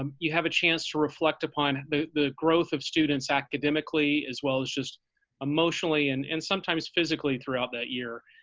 um you have a chance to reflect upon the growth of students academically as well as just emotionally and and sometimes physically throughout that year.